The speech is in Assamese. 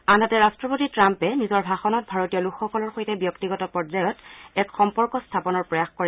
আনহাতে ৰাট্টপতি ট্ৰাম্পে নিজৰ ভাষণত ভাৰতীয় লোকসকলৰ সৈতে ব্যক্তিগত পৰ্যায়ত এক সম্পৰ্ক স্থাপনৰ প্ৰয়াস কৰে